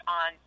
on